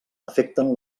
afecten